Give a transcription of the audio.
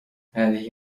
هذه